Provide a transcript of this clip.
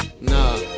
nah